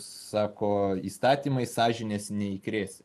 sako įstatymais sąžinės neįkrėsi